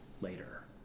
later